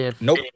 Nope